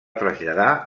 traslladar